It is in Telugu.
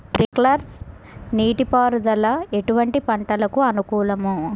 స్ప్రింక్లర్ నీటిపారుదల ఎటువంటి పంటలకు అనుకూలము?